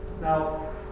Now